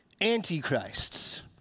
antichrists